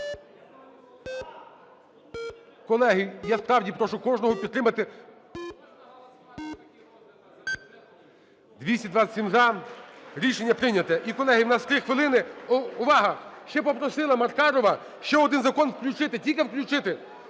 Колеги, я справді прошу кожного підтримати. 14:09:37 За-227 Рішення прийнято. І, колеги, у нас 3 хвилини. Увага! Ще попросилаМаркарова ще один закон включити, тільки включити.